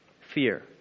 Fear